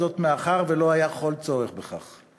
מאחר שלא היה כל צורך בכך.